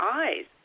eyes